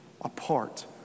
apart